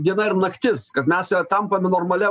diena ir naktis kad mes ja tampame normalia